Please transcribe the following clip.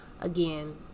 again